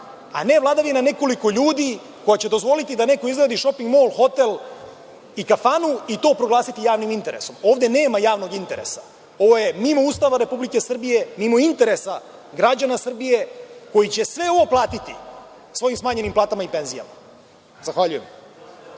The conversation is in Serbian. a ne vladavina nekoliko ljudi koji će dozvoliti da neko izgradi šoping mol, hotel i kafanu i to proglasiti javnim interesom. Ovde nema javnog interesa, ovo je mimo Ustava Republike Srbije, mimo interesa građana Srbije koji će sve ovo platiti svojim smanjenim platama i penzijama. Zahvaljujem.